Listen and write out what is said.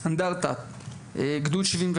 את גבעת התחמושת, אנדרטה של גדוד 71,